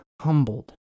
humbled